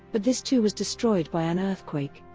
but this too was destroyed by an earthquake.